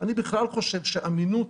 אני בכלל חושב שאמינות